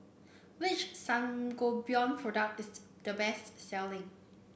which Sangobion product is the the best selling